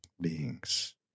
beings